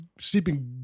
sleeping